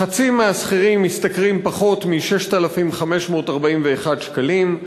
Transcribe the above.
חצי מהשכירים משתכרים פחות מ-6,541 שקלים,